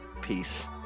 Peace